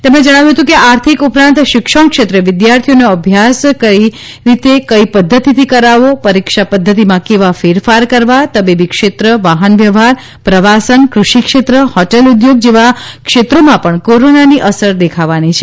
તેમણે જણાવ્યું હતું કે આર્થિક ઉપરાંત શિક્ષણ ક્ષેત્રે વિદ્યાર્થીઓનો અભ્યાસ કઈ રીતે કઈ પદ્ધતિથી કરાવવો પરીક્ષા પદ્ધતિમાં કેવા ફેરફાર કરવા તબીબી ક્ષેત્ર વાહન વ્યવહાર પ્રવાસન કૃષિ ક્ષેત્ર હોટેલ ઉદ્યોગ જેવા ક્ષેત્રોમાં પણ કોરોના ની અસર દેખાવાની છે